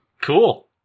cool